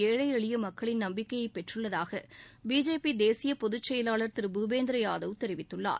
ஏனழ எளிய மக்களின் நம்பிக்கையை பெற்றுள்ளதாக பிஜேபி தேசிய பொதுச் செயலாளர் திரு பூபேந்திர யாதவ் தெரிவித்துள்ளார்